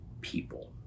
people